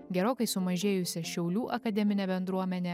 gerokai sumažėjusia šiaulių akademine bendruomene